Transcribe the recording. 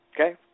Okay